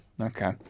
Okay